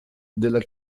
della